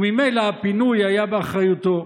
וממילא הפינוי היה באחריותו,